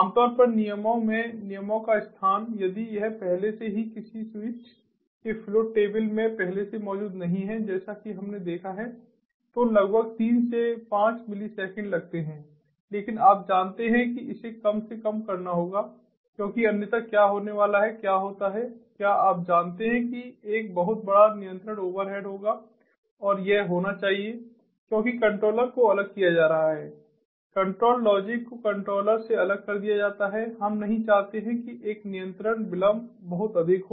आमतौर पर नियमों में नियमों का स्थान यदि यह पहले से ही किसी स्विच के फ्लो टेबल में पहले से मौजूद नहीं है जैसा कि हमने पहले देखा है तो लगभग 3 से 5 मिली सेकेंड लगते हैं लेकिन आप जानते हैं कि इसे कम से कम करना होगा क्योंकि अन्यथा क्या होने वाला है क्या होता है क्या आप जानते हैं कि एक बहुत बड़ा नियंत्रण ओवरहेड होगा और यह होना चाहिए क्योंकि कंट्रोलर को अलग किया जा रहा है कंट्रोल लॉजिक को कंट्रोलर से अलग कर दिया जाता है हम नहीं चाहते हैं कि एक नियंत्रण विलंब बहुत अधिक हो